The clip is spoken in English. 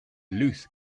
louth